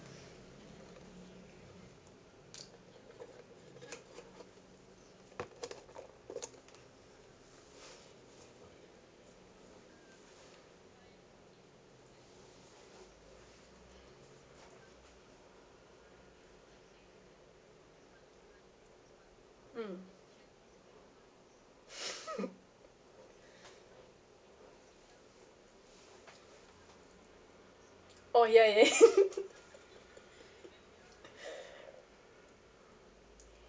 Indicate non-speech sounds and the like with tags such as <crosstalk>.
mm <laughs> oh ya ya <laughs>